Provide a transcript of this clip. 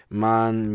man